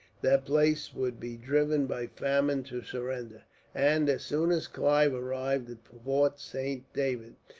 that place would be driven by famine to surrender and, as soon as clive arrived at fort saint david,